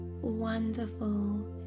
wonderful